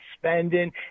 spending